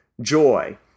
joy